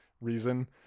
reason